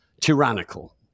tyrannical